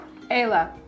Ayla